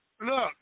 Look